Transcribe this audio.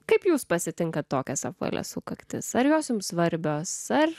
kaip jūs pasitinka tokias apvalias sukaktis ar jos jums svarbios ar